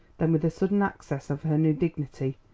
then with a sudden access of her new dignity.